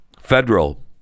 federal